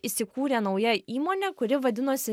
įsikūrė nauja įmonė kuri vadinosi